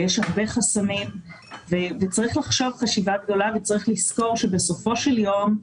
יש הרבה חסמים וצריך לחשוב חשיבה גדולה וצריך לזכור שבסופו של יום,